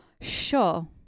sure